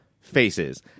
faces